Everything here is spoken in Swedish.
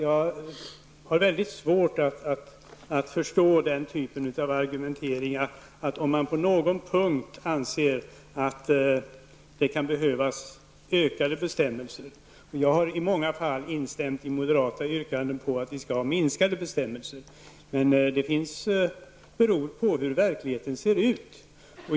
Jag har väldigt svårt att förstå den typen av argumentering där man säger att det är planekonomi när någon anser att det på någon punkt krävs mer reglering. Jag har i många fall instämt i moderaternas yrkanden på minskad reglering, men det beror helt på hur verkligheten ser ut.